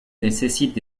nécessitent